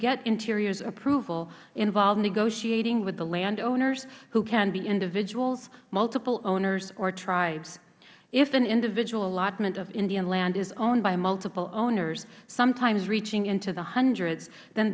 get interior's approval involve negotiating with the landowners who can be individuals multiple owners or tribes if an individual allotment of indian land is owned by multiple owners sometimes reaching into the hundreds then